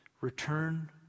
Return